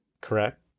Correct